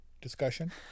discussion